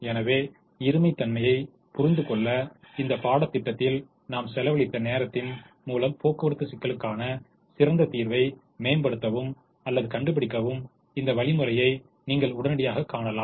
எனவே இருமைத்தன்மையைப் புரிந்துகொள்ள இந்த பாடத்திட்டத்தில் நாம் செலவழித்த நேரத்தின் மூலம் போக்குவரத்து சிக்கலுக்காண சிறந்த தீர்வை மேம்படுத்தவும் அல்லது கண்டுபிடிக்கவும் இந்த வழிமுறையை நீங்கள் உடனடியாக காணலாம்